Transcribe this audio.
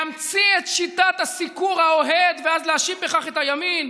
להמציא את שיטת הסיקור האוהד ואז להאשים בכך את הימין.